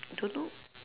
don't know